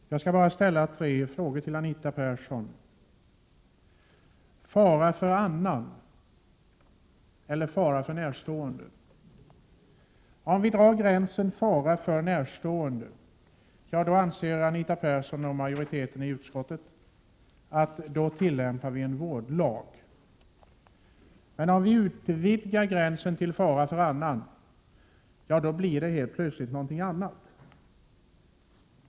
Herr talman! Jag vill ställa några frågor till Anita Persson. Fara för annan eller fara för närstående — om vi drar gränsen vid fara för närstående, ja, då anser Anita Persson och majoriteten i utskottet att vi tillämpar en vårdlag, men om vi utvidgar gränsen till fara för annan, ja, då blir det helt plötsligt någonting annat.